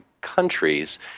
countries